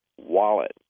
wallet